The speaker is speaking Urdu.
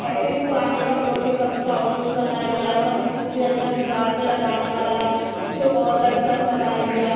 ایسے ہی پرانے کپڑوں سے کبھی پاپوش بنا لیا کبھی کچھ ایسا دیوار پہ لگانے والا شو لٹکن بنا لیا